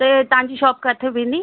त तव्हांजी शॉप किथे पवंदी